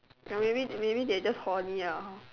ya maybe maybe they're just horny ah